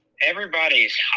everybody's